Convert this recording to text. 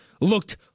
looked